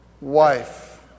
wife